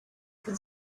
can